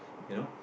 you know